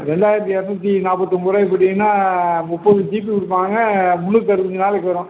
ரெண்டாயிரத்தி இரநூத்தி நாற்பத்தி ஒன்பது ரூவாய்க்கி போட்டிங்கன்னால் முப்பது ஜிபி கொடுப்பாங்க முந்நூற்றி அறுபத்தஞ்சி நாளைக்கு வரும்